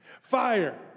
Fire